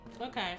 Okay